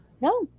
No